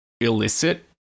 illicit